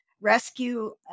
rescue